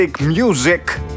music